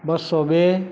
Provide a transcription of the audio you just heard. બસો બે